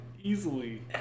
Easily